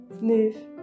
move